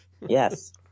Yes